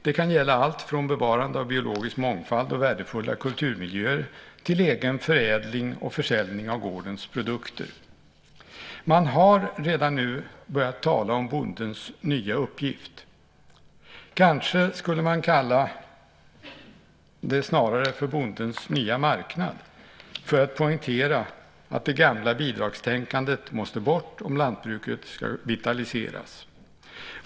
Det kan gälla allt från bevarande av biologisk mångfald och värdefulla kulturmiljöer till egen förädling och försäljning av gårdens produkter. Man har redan nu börjat tala om bondens nya uppgift. Kanske skulle man snarare kalla det för bondens nya marknad för att poängtera att det gamla bidragstänkandet måste bort om lantbruket ska vitaliseras.